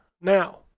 Now